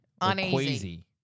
Uneasy